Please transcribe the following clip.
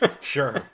Sure